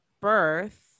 birth